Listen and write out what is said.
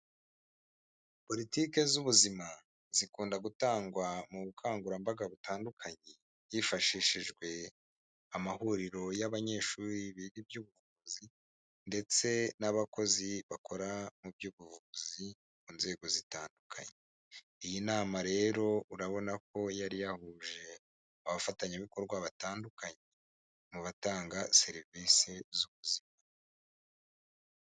Politike z'ubuzima zikunda gutangwa mu bukangurambaga butandukanye, hifashishijwe amahuriro y'abanyeshuri biga iby'ubuvuzi ndetse n'abakozi bakora mu by'ubuvuzi mu nzego zitandukanye, iyi nama rero urabona ko yari yahuje abafatanyabikorwa batandukanye, mu batanga serivise z'ubuzima.